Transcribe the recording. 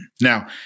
Now